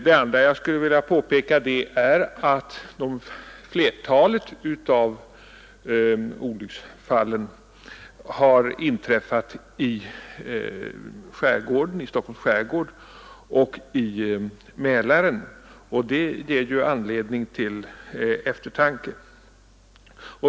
Det andra jag vill påpeka är att flertalet av olycksfallen har inträffat i Stockholms skärgård och i Mälaren. Detta ger särskild anledning till eftertanke.